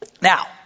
Now